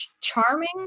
charming